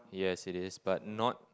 yes it is but not